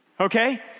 Okay